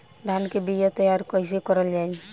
धान के बीया तैयार कैसे करल जाई?